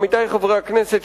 עמיתי חברי הכנסת,